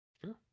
Sure